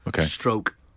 stroke